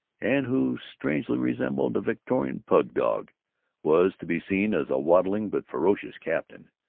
and who strangely resembled a victorian pug-dog was to be seen as a waddling but ferocious captain,